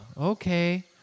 Okay